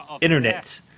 internet